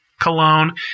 Cologne